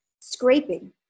scraping